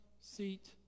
seat